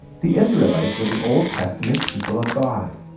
the israelites were the old testament people of god.